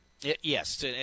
Yes